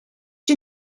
you